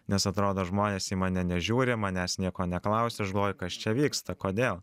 nes atrodo žmonės į mane nežiūri manęs nieko neklausia aš galvoju kas čia vyksta kodėl